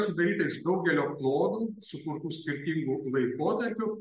sudaryta iš daugelio klodų sukurtų skirtingu laikotarpiu